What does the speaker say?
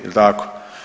Jel tako?